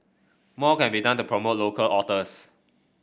more can be done to promote local authors